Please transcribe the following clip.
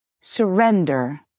surrender